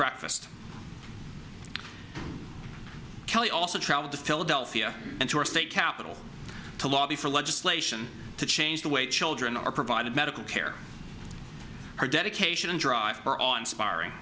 breakfast kelly also traveled to philadelphia and to our state capital to lobby for legislation to change the way children are provided medical care her dedication and drive her on sparring